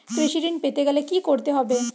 কৃষি ঋণ পেতে গেলে কি করতে হবে?